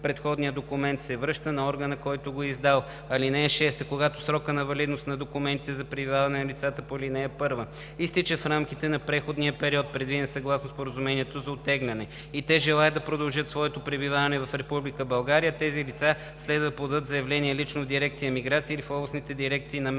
предходният документ се връща на органа, който го е издал. (6) Когато срокът на валидност на документите за пребиваване на лицата по ал. 1 изтича в рамките на преходния период, предвиден съгласно Споразумението за оттегляне и те желаят да продължат своето пребиваване в Република България, тези лица следва да подадат заявление лично в дирекция „Миграция“ или в областните дирекции на МВР